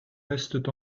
restent